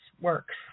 works